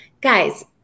guys